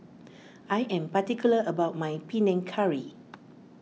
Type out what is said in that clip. I am particular about my Panang Curry